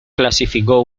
clasificó